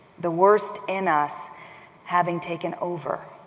the worst in us having taken over,